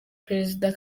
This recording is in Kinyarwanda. perezida